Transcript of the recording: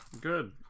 Good